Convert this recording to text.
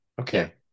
Okay